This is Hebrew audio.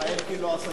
מה, אלקין לא עשה דיון?